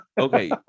Okay